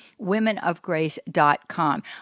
womenofgrace.com